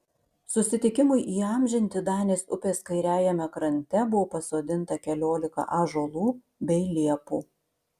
susitikimui įamžinti danės upės kairiajame krante buvo pasodinta keliolika ąžuolų bei liepų